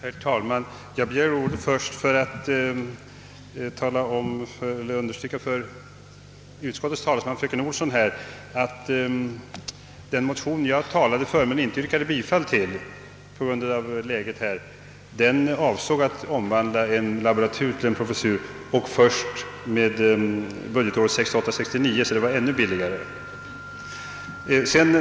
Herr talman! Jag begärde först och främst ordet för att understryka för utskottets talesman, fröken Olsson, att den motion jag talade för men på grund av läget inte yrkade bifall till avsåg att omvandla en laboratur till en professur först under budgetåret 1968/69. Det förslaget var alltså ännu billigare.